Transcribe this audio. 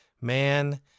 man